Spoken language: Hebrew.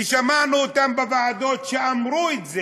ושמענו אותם בוועדות שאמרו את זה,